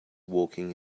walking